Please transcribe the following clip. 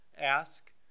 ask